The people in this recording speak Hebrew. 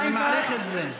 אני מעריך את זה.